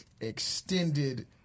extended